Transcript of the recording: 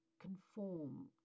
conform